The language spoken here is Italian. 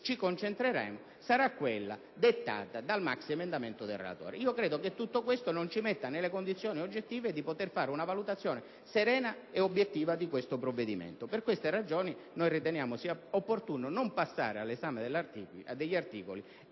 ci concentreremo sarà quella dettata dal maxiemendamento del relatore. Credo che tutto questo non ci metta nelle condizioni di fare una valutazione serena e obiettiva del provvedimento in esame. Per queste ragioni, riteniamo sia opportuno non passare all'esame degli articoli